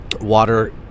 water